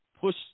Push